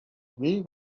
green